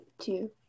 two